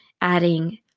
adding